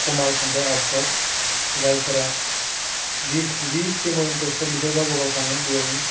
commerce ओमफ्राय आर्टसआव जायफोरा जि जि स्ट्रिमाव इनटारेस्ट बिसोर गावबागाव थाङो बेयावनो